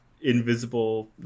invisible